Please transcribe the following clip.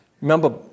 Remember